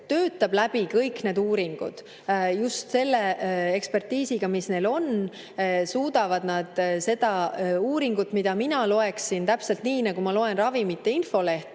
töötab läbi kõik need uuringud. Just selle ekspertiisiga, mis neil on, suudavad nad seda uuringut, mida mina loeksin täpselt nii, nagu ma loen ravimite infolehte,